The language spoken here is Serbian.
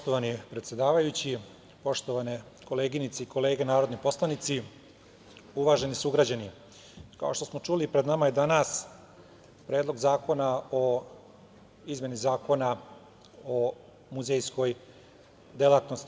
Poštovani predsedavajući, poštovane koleginice i kolege narodni poslanici, uvaženi sugrađani, kao što smo čuli, pred nama je danas Predlog zakona o izmeni Zakona o muzejskoj delatnosti.